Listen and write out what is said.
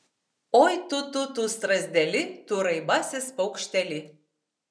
oi tu tu tu strazdeli tu raibasis paukšteli